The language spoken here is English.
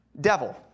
Devil